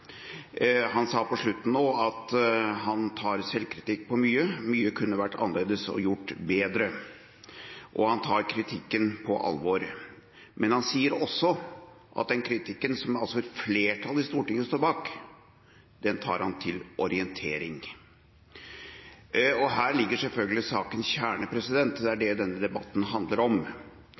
Han sa på slutten nå at han tar selvkritikk på mye – at mye kunne vært gjort annerledes og bedre – og at han tar kritikken på alvor. Men han sier også at han tar til orientering den kritikken som et flertall i Stortinget står bak. Her ligger selvfølgelig sakens kjerne, og det er det denne debatten handler om.